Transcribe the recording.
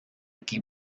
qui